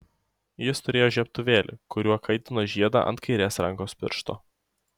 jis turėjo žiebtuvėlį kuriuo kaitino žiedą ant kairės rankos piršto